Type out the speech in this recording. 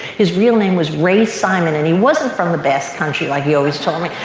his real name was ray simon and he wasn't from the best country like he always told me.